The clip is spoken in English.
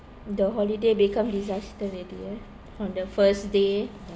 the holiday become disaster already ah on the first day